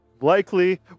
likely